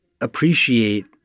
appreciate